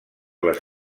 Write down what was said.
les